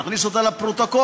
נכניס אותה לפרוטוקול,